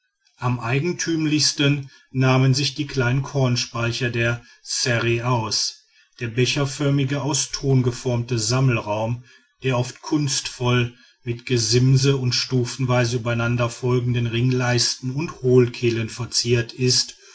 am eigentümlichsten nahmen sich die kleinen kornspeicher der ssere aus der becherförmige aus ton geformte sammelraum der oft kunstvoll mit gesimsen und stufenweise übereinanderfolgenden ringleisten und hohlkehlen verziert ist